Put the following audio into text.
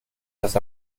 dass